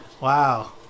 Wow